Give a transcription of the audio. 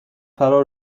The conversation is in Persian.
فرا